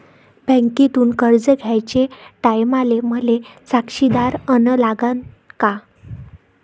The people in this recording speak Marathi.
बँकेतून कर्ज घ्याचे टायमाले मले साक्षीदार अन लागन का?